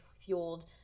fueled